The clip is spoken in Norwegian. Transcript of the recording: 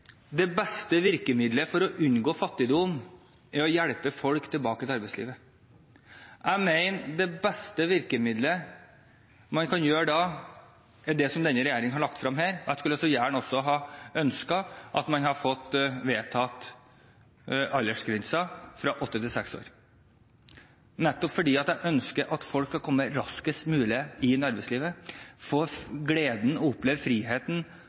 det beste virkemiddelet for å unngå fattigdom er å hjelpe folk tilbake til arbeidslivet. Jeg mener det beste virkemiddelet man kan bruke da, er det som denne regjeringen har lagt frem her. Jeg skulle også ønsket at man hadde fått vedtatt å endre aldersgrensen fra åtte år til seks år, nettopp fordi jeg ønsker at folk skal komme raskest mulig inn i arbeidslivet, og at de skal få oppleve gleden og friheten ved å